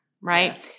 right